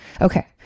Okay